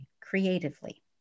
creatively